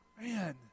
man